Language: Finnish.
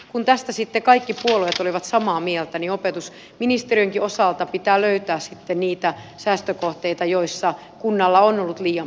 kun tästä sitten kaikki puolueet olivat samaa mieltä niin opetusministeriönkin osalta pitää löytää sitten niitä säästökohteita joissa kunnalla on ollut liian paljon tehtäviä